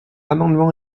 amendement